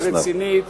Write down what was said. ורצינית